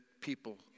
people